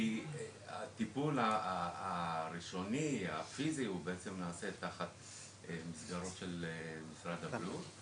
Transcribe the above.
כי הטיפול הראשוני הפיזי הוא בעצם נעשה תחת מסגרות של משרד הבריאות,